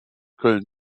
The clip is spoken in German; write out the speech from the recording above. köln